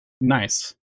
Nice